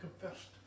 confessed